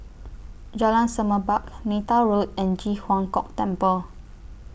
Jalan Semerbak Neythal Road and Ji Huang Kok Temple